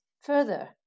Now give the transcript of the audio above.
further